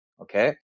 Okay